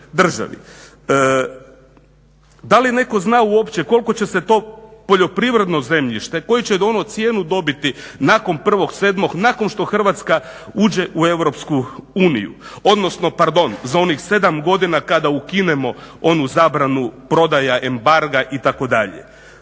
državi. Da li netko zna uopće koliko će se to poljoprivredno zemljište, koje će ono cijenu dobiti nakon 1.07., nakon što Hrvatska uđe u EU? Odnosno pardon za onih 7 godina kada ukinemo onu zabranu prodaja embarga itd.?